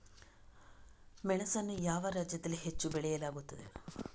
ಮೆಣಸನ್ನು ಯಾವ ರಾಜ್ಯದಲ್ಲಿ ಹೆಚ್ಚು ಬೆಳೆಯಲಾಗುತ್ತದೆ?